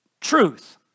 truth